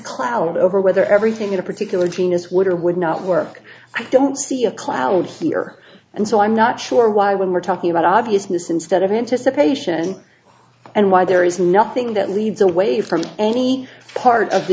cloud over whether everything in a particular genus would or would not work i don't see a cloud here and so i'm not sure why when we're talking about obviousness instead of anticipation and why there is nothing that leads away from any part of the